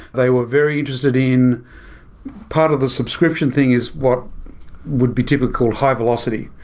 they were very interested in part of the subscription thing is what would be typical high-velocity.